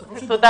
בסופו של דבר,